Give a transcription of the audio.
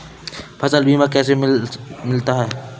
फसल बीमा कैसे मिलता है?